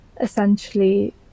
essentially